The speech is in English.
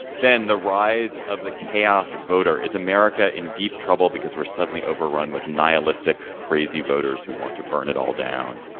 then the rise of the chaos voter is america in deep trouble because we're suddenly overrun with nihilistic crazy voters who want to burn it all down.